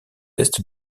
est